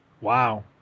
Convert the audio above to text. Wow